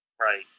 Right